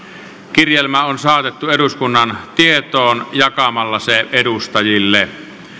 kirjelmä on saatettu eduskunnan tietoon jakamalla se edustajille